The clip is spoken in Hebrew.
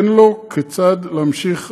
אין לו אפשרות להמשיך לעבוד.